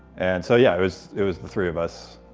and so yeah, it was it was the three of us.